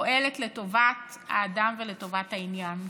פועלת לטובת האדם ולטובת העניין.